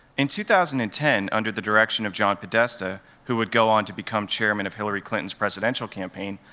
in two thousand and ten, under the direction of john podesta, who would go on to become chairman of hillary clinton's presidential campaign,